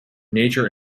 nature